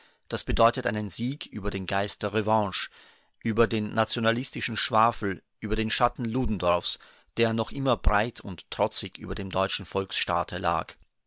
das bedeutet einen sieg über den geist der revanche über den nationalistischen schwafel über den schatten ludendorffs der noch immer breit und trotzig über dem deutschen volksstaate lag